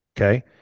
Okay